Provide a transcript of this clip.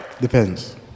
Depends